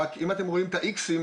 רק אם אתם רואים את ה-X-ים,